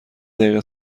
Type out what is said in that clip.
دقیقه